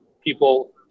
people